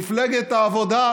מפלגת העבודה,